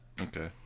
Okay